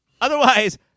otherwise